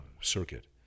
circuit